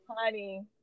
honey